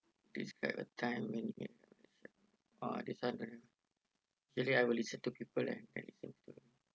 describe a time when you ah this one really I will listen to people ya listen to